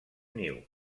niu